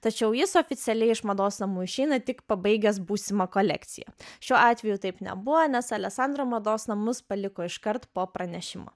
tačiau jis oficialiai iš mados namų išeina tik pabaigęs būsimą kolekciją šiuo atveju taip nebuvo nes aleksandro mados namus paliko iškart po pranešimo